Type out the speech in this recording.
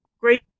Great